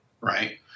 right